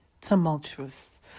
tumultuous